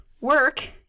work